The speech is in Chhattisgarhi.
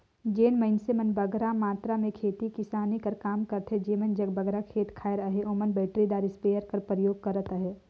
जेन मइनसे मन बगरा मातरा में खेती किसानी कर काम करथे जेमन जग बगरा खेत खाएर अहे ओमन बइटरीदार इस्पेयर कर परयोग करत अहें